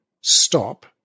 stop